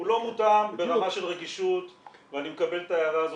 הוא לא מותאם ברמה של רגישות ואני מקבל את ההערה הזאת,